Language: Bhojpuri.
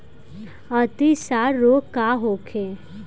अतिसार रोग का होखे?